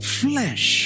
flesh